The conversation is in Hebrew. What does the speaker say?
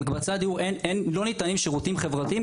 במקבצי הדיור לא ניתנים שירותים חברתיים,